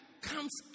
comes